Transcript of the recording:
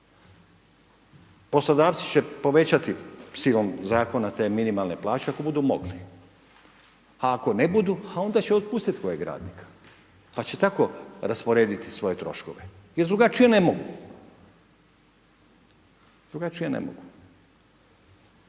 Poslodavci će povećati silom zakona te minimalne plaće ako budu mogli, a ako ne budu onda će otpustiti kojeg radnika, pa će tako rasporediti svoje troškove jer drugačije ne mogu. Drugačije ne mogu.